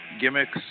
gimmicks